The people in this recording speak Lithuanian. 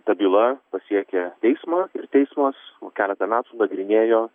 ta byla pasiekė teismą ir teismas keletą metų nagrinėjo